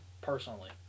personally